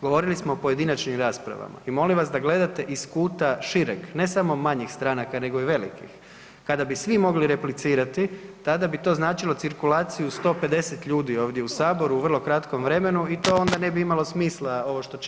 Govorili smo o pojedinačnim raspravama i molim vas da gledate iz kuta šireg, ne samo manjih stranaka nego i velikih, kada bi svi mogli replicirati tada bi to značilo cirkulaciju 150 ljudi ovdje u Saboru u vrlo kratkom vremenu i to onda ne bi imalo smisla ovo što činimo.